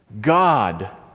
God